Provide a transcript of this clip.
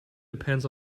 depends